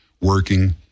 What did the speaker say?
working